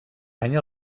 any